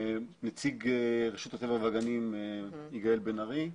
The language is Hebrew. נציג רשות הטבע והגנים יגאל בן ארי,